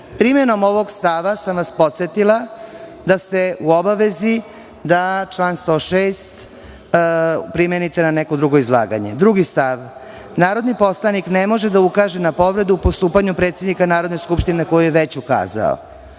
Primenom ovog stava sam vas podsetila da ste u obavezi da član 106. primenite na neko drugo izlaganje. Drugi stav – Narodni poslanik ne može da ukaže na povredu u postupanju predsednika Narodne skupštine na koju je već ukazao.